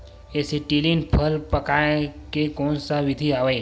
Acetylene फल पकाय के कोन सा विधि आवे?